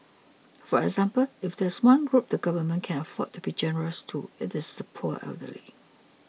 for example if there is one group the Government can afford to be generous to it is the poor elderly